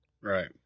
Right